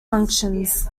functions